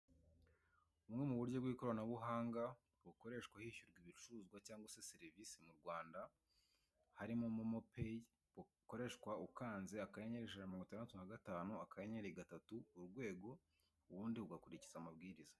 Bumwe mu buryo bw'ikoranabuhanga bukoreshwa hishyurwa ibicuruzwa cyangwa serivisi mu rwanda harimo momopeyi bukoreshwa ukanze akanyenyeri ijana na mirongo igatandatu na gatanu akanyenyeri gatatu urwego ubundi ugakurikiza amabwiriza.